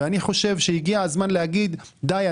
אני חושב שהגיע הזמן להגיד: די,